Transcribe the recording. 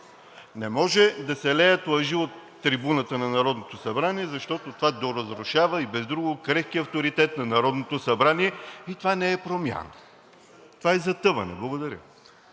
Не може да се леят лъжи от трибуната на Народното събрание, защото това доразрушава и без друго крехкия авторитет на Народното събрание, и това не е промяна – това е затъване. Благодаря.